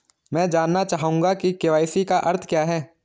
मैं जानना चाहूंगा कि के.वाई.सी का अर्थ क्या है?